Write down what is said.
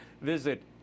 Visit